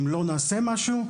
אם לא נעשה משהו,